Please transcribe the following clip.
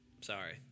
Sorry